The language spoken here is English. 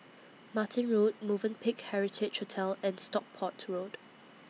Martin Road Movenpick Heritage Hotel and Stockport Road